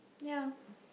ya